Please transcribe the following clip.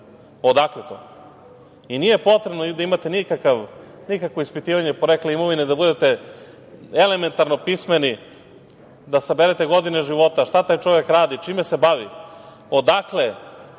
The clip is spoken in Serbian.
Odakle to? Nije potrebno da imate nikakvo ispitivanje porekla imovine, da budete elementarno pismeni da saberete godine života, šta taj čovek radi, čime se bavi, odakle,